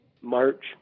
March